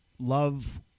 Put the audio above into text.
Love